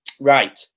Right